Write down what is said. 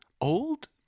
Old